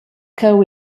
cheu